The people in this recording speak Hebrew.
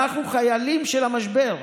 אנחנו חיילים של המשבר.